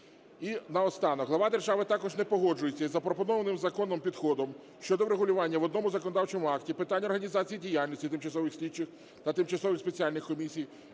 І наостанок. Глава держави також не погоджується із запропонованим законом підходом щодо врегулювання в одному законодавчому акті питань організації діяльності тимчасових слідчих та тимчасових спеціальних комісій,